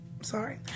Sorry